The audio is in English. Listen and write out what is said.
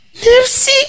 Nipsey